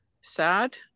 sad